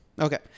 Okay